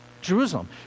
Jerusalem